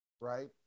right